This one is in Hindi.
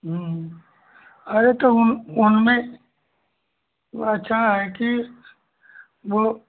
अरे तो उन उनमें ऐसा है कि वह